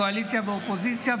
קואליציה ואופוזיציה,